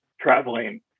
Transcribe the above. traveling